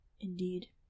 Indeed